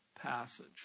passage